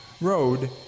Road